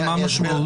מה המשמעות?